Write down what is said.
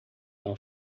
não